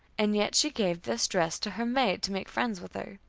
and yet she gave this dress to her maid to make friends with her.